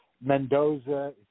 Mendoza